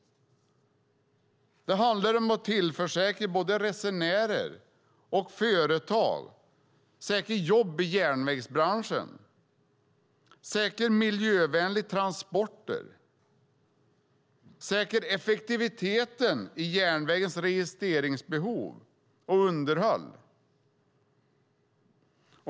Det handlar om både resenärers och företags intressen. Det handlar om att säkra jobb i järnvägsbranschen, säkra miljövänliga transporter och säkra effektiviteten i järnvägens reinvesteringsbehov och underhåll.